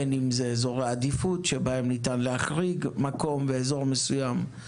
אם זה אזורי העדיפות שבהם ניתן להחריג מקום באזור מסוים.